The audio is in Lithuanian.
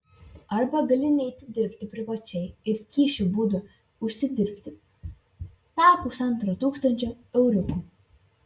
arba gali neiti dirbti privačiai ir kyšių būdu užsidirbti tą pusantro tūkstančio euriukų